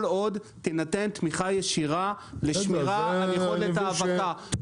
כל עוד תינתן תמיכה ישירה לשמירה על יכולת האבקה.